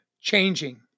changing